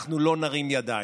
ואנחנו לא נרים ידיים.